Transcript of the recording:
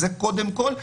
זה קודם כל.